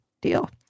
deal